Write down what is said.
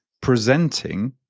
presenting